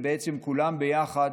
וכולם ביחד